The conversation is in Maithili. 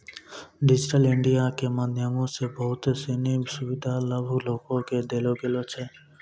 डिजिटल इंडिया के माध्यमो से बहुते सिनी सुविधा सभ लोको के देलो गेलो छै